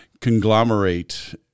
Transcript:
conglomerate